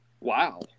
Wow